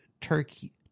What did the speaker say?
turkey